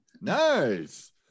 Nice